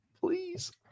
Please